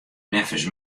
neffens